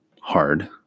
hard